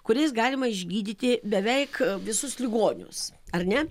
kuriais galima išgydyti beveik visus ligonius ar ne